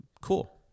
Cool